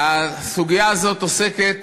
הסוגיה הזאת עוסקת,